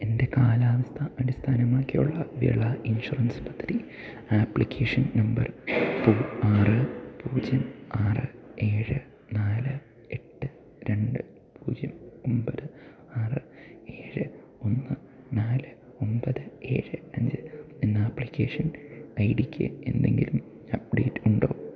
എൻ്റെ കാലാവസ്ഥ അടിസ്ഥാനമാക്കിയുള്ള വിള ഇൻഷുറൻസ് പദ്ധതി ആപ്ലിക്കേഷൻ നമ്പർ ആറ് പൂജ്യം ആറ് ഏഴ് നാല് എട്ട് രണ്ട് പൂജ്യം ഒന്പത് ആറ് ഏഴ് ഒന്ന് നാല് ഒന്പത് ഏഴ് അഞ്ച് എന്ന ആപ്ലിക്കേഷൻ ഐ ഡിക്ക് എന്തെങ്കിലും അപ്ഡേറ്റ് ഉണ്ടോ